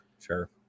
sure